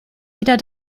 wieder